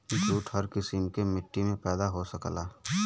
jute हर किसिम के मट्टी में पैदा हो सकला